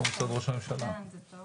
אתם